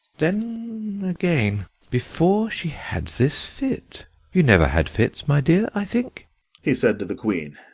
then again before she had this fit you never had fits, my dear, i think he said to the queen.